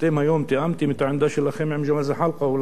אתם היום תיאמתם את העמדה שלכם עם ג'מאל זחאלקה אולי,